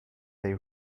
they